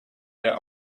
der